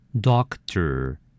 Doctor